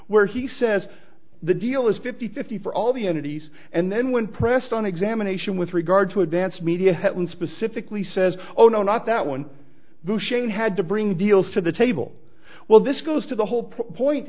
where he says the deal is fifty fifty for all the entities and then when pressed on examination with regard to advance media when specifically says oh no not that one the shane had to bring deals to the table well this goes to the whole point